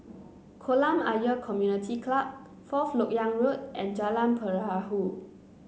Kolam Ayer Community Club Fourth LoK Yang Road and Jalan Perahu